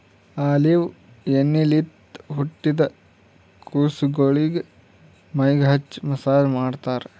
olive ಎಣ್ಣಿಲಿಂತ್ ಹುಟ್ಟಿದ್ ಕುಸಗೊಳಿಗ್ ಮೈಗ್ ಹಚ್ಚಿ ಮಸ್ಸಾಜ್ ಮಾಡ್ತರ್